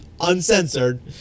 uncensored